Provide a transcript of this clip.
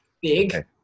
big